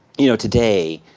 you know, today,